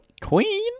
queen